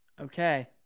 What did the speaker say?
okay